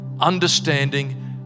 understanding